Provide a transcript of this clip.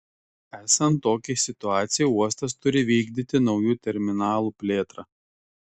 esant tokiai situacijai uostas turi vykdyti naujų terminalų plėtrą